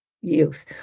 youth